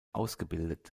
ausgebildet